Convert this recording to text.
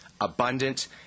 abundant